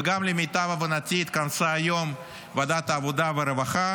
ולמיטב הבנתי, גם התכנסה היום ועדת העבודה והרווחה